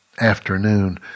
afternoon